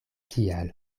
kial